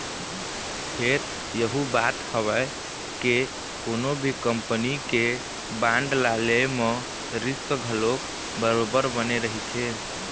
फेर यहूँ बात हवय के कोनो भी कंपनी के बांड ल ले म रिस्क घलोक बरोबर बने रहिथे